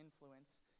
influence